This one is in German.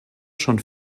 schon